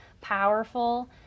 powerful